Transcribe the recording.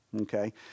Okay